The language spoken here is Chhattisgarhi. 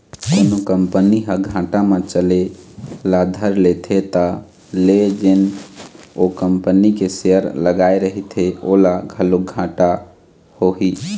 कोनो कंपनी ह घाटा म चले ल धर लेथे त ले जेन ओ कंपनी के सेयर लगाए रहिथे ओला घलोक घाटा होही